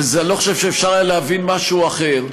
ואני לא חושב שאפשר היה להבין משהו אחר.